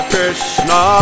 Krishna